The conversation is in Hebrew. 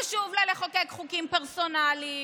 חשוב לה לחוקק חוקים פרסונליים,